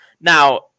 now